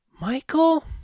Michael